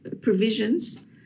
provisions